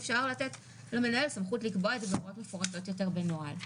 ואפשר לתת למנהל סמכות לקבוע את זה בהוראות מפורטות יותר בנוהל.